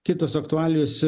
kitos aktualijos